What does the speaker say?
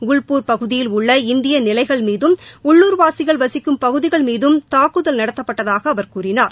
குவ்பூர் பகுதியில் உள்ள இந்திய நிலைகள் மீதும் உள்ளூர்வாசிகள் வசிக்கும் பகுதிகள் மீதும் தாக்குதல் நடத்தப்பட்டதாக அவர் கூறினார்